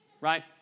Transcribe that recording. Right